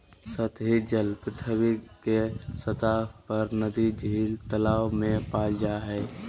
सतही जल पृथ्वी के सतह पर नदी, झील, तालाब में पाल जा हइ